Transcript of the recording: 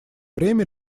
время